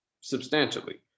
substantially